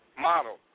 model